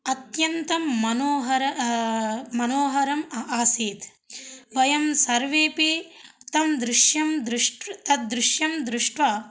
अत्यन्तं मनोहरं मनोहरम् अ आसीत् वयं सर्वेपि तं दृश्यं दृष्ट्वा तद् दृश्यं दृष्ट्वा